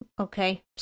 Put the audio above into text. Okay